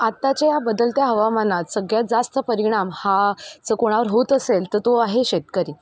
आत्ताच्या या बदलत्या हवामानात सगळ्यात जास्त परिणाम हा जर कोणावर होत असेल तर तो आहे शेतकरी